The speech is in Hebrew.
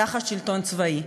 תחת שלטון צבאי?